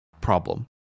problem